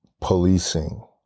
policing